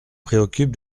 préoccupe